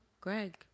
Greg